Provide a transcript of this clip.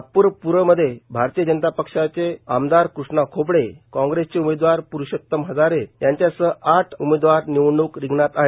नागपूर पूर्वमध्ये भारतीय जनता पक्षाचे आमदार कृष्णा खोपडे काँग्रेसचे उमेदवार प्ररूषोत्तम हजारे यांच्यासह आठ उमेदवार निवडणूक रिंगणात आहेत